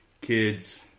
Kids